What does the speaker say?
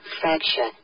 fracture